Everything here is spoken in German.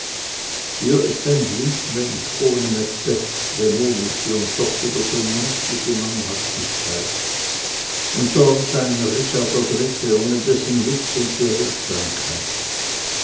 hier ist ein blutmensch ohne macbeths dämonische und doch wieder so menschliche mannhaftigkeit und dort ein richard der dritte ohne dessen witz und beredsamkeit